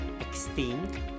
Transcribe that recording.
Extinct